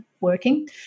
working